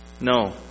No